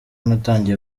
natangiye